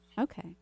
Okay